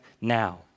now